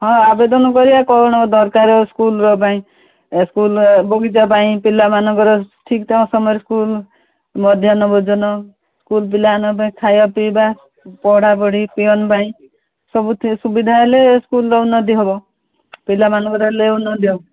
ହଁ ଆବେଦନ କରିବା କ'ଣ ଦରକାର ସ୍କୁଲ ପାଇଁ ସ୍କୁଲ ବଗିଚା ପାଇଁ ପିଲାମାନଙ୍କର ଠିକ୍ ଠାକ୍ ସମୟରେ ସ୍କୁଲ ମଧ୍ୟାହ୍ନ ଭୋଜନ ସ୍କୁଲ ପିଲାମାନଙ୍କ ପାଇଁ ଖାଇବା ପିଇବା ପଢ଼ାପଢ଼ି ପିଅନ ପାଇଁ ସବୁ ସୁବିଧା ହେଲେ ସ୍କୁଲର ଉନ୍ନତି ହେବ ପିଲାମାନଙ୍କର ହେଲେ ଉନ୍ନତି ହେବ